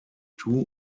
two